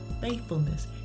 faithfulness